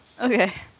okay